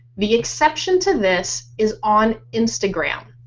the exception to this, is on instagram.